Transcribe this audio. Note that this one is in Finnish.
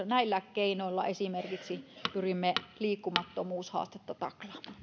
näillä keinoilla esimerkiksi pyrimme liikkumattomuushaastetta